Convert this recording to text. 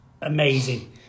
amazing